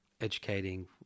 Educating